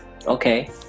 Okay